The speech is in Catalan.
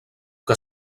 que